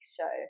show